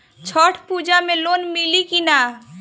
छठ पूजा मे लोन मिली की ना?